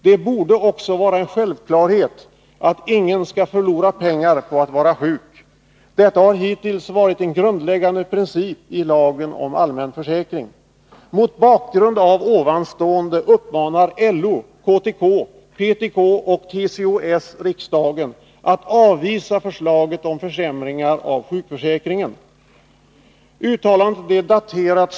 Det borde också vara en självklarhet att ingen ska förlora pengar på att vara sjuk. Detta har hittills varit en grundläggande princip i lagen om allmän försäkring. Mot bakgrund av ovanstående uppmanar LO, KTK, PTK och TCO-S riksdagen att avvisa förslaget om försämringar av sjukförsäkringen.